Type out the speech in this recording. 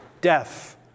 Death